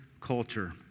culture